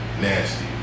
nasty